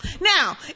now